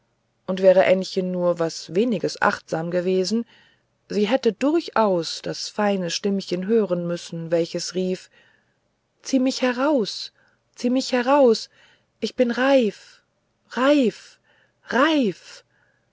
und wäre ännchen nur was weniges achtsam gewesen sie hätte durchaus das feine stimmchen hören müssen welches rief zieh mich heraus zieh mich heraus ich bin reif reif reif